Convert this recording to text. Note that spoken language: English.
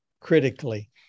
critically